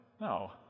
No